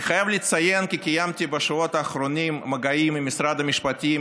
אני חייב לציין כי קיימתי בשבועות האחרונות מגעים עם משרד המשפטים,